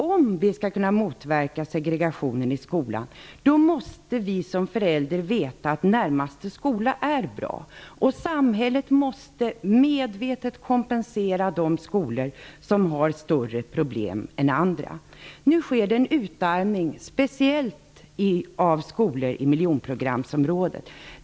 För att motverka segregationen i skolan måste vi som föräldrar veta att närmaste skola är bra, och samhället måste medvetet kompensera de skolor som har större problem än andra. Nu sker en utarmning, speciellt av skolor i miljonprogramsområdet.